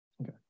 Okay